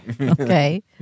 okay